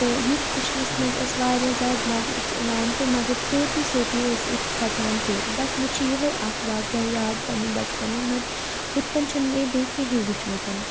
تہٕ یُس وٕچھنَس منٛز اَسہِ واریاہ زیادٕ مَزٕ اوس یِوان تہٕ مگر سٲتی سٲتی ٲسۍ کھۄژان تہِ بَس مےٚ چھَ یِہٕے اَکھ واقعہ یاد پنٛنہِ بَچپنُک نَتہٕ ہُتھ کٔنۍ چھُنہٕ مےٚ بیٚیہِ کِہیٖنۍ وٕچھمُت